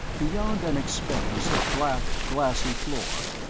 beyond an expanse of black, glassy floor,